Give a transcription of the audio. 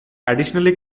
additionally